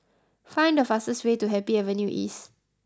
find the fastest way to Happy Avenue East